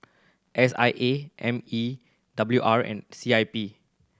S I A M E W R and C I P